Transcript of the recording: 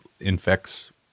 infects